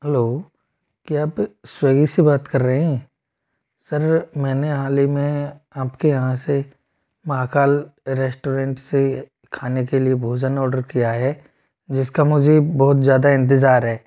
hello क्या आप स्विगी से बात कर रहे हैं सर मैंने हाल ही में आपके यहाँ से महाकाल रेस्टोरेंट से खाने के लिए भोजन ऑर्डर किया है जिसका मुझे बहुत ज्यादा इंतजार है